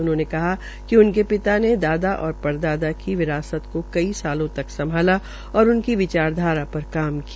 उन्होने कहा कि उनके पिता ने दादा और परदादा की विरासत को कई सालों तक संभाला और उनकी विचारधारा पर काम किया